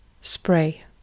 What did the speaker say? Spray